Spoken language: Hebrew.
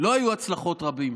לא היו הצלחות רבות.